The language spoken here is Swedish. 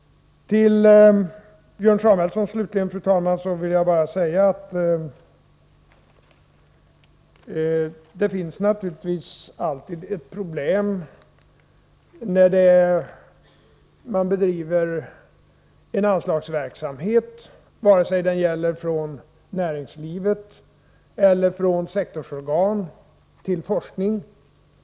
Till Björn Samuelson, slutligen, vill jag säga: Det finns naturligtvis alltid ett problem när man bedriver anslagsverksamhet för forskning, vare sig anslagen kommer från näringslivet eller från sektorsorgan.